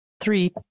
three